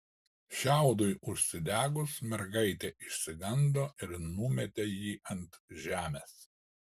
šiaudui užsidegus mergaitė išsigando ir numetė jį ant žemės